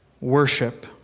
worship